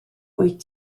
wyt